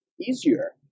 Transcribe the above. easier